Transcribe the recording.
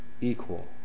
equal